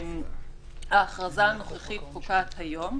ההכרזה הנוכחית פוקעת היום,